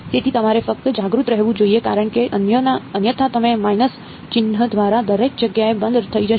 તેથી તમારે ફક્ત જાગૃત રહેવું જોઈએ કારણ કે અન્યથા તમે માઈનસ ચિહ્ન દ્વારા દરેક જગ્યાએ બંધ થઈ જશો